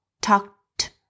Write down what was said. talked